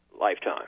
lifetime